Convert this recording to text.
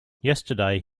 yesterday